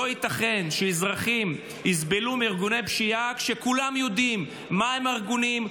לא ייתכן שאזרחים יסבלו מארגוני פשיעה כשכולם יודעים מה הם הארגונים,